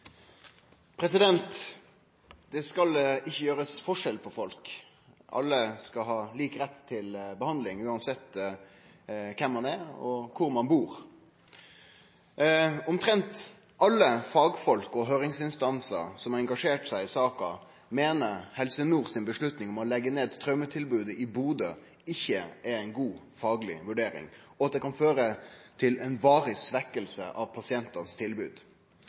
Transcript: Det skal ikkje gjerast forskjell på folk. Alle skal ha lik rett til behandling – uansett kven du er og kvar du bur. Omtrent alle fagfolk og høringsinstansar som har engasjert seg i saka, meiner at Helse Nord si avgjerd om å leggje ned traumetilbodet i Bodø ikkje er ei god fagleg vurdering, og at det kan føre til ei varig svekking av pasientane sitt tilbod.